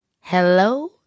hello